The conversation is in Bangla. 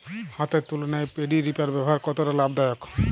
হাতের তুলনায় পেডি রিপার ব্যবহার কতটা লাভদায়ক?